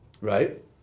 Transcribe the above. right